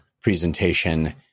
presentation